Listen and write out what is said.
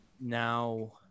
now